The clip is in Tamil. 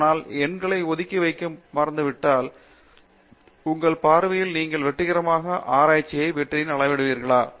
ஆனால் எண்களை ஒதுக்கி வைக்க மறந்துவிட்டால் உங்கள் பார்வையில் நீங்கள் வெற்றிகரமாக ஆராய்ச்சியில் வெற்றியை அளவிடுவீர்களா